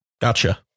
Gotcha